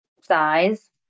size